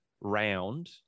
round